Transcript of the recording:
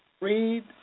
Read